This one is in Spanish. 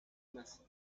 más